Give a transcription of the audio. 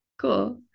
cool